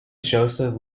joseph